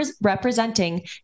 representing